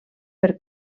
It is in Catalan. per